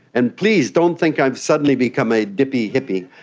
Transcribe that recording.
and please, don't think i have suddenly become a dippy hippy,